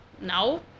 no